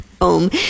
Home